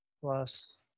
Plus